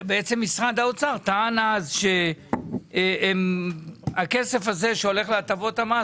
בעצם משרד האוצר טען אז שהכסף שהולך להטבות המס,